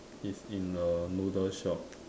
is in a noodle shop